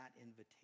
invitation